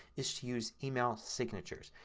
is to use email signatures.